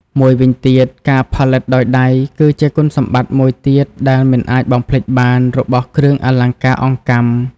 មួយវិញទៀត ការផលិតដោយដៃ គឺជាគុណសម្បត្តិមួយទៀតដែលមិនអាចបំភ្លេចបានរបស់គ្រឿងអលង្ការអង្កាំ។